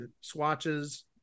swatches